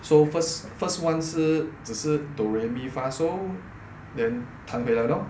so first first one 是只是 do re mi fa so then 弹回来 lor